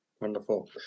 Wonderful